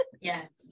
Yes